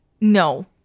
No